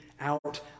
out